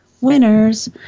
winners